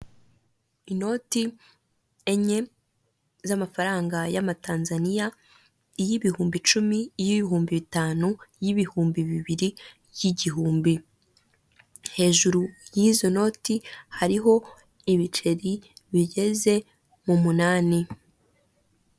Inoti enye z'amafaranga y 'amatanzaniya iy'ibihumbi icumi, iy'ibihumbi bitanu, iy'ibihumbi bibiri, iy'igihumbi. Hejuru y'izo noti hariho ibiceri bigeze mu munani.